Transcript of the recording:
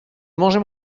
mangez